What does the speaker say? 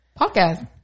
Podcast